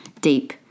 deep